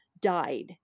died